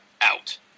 out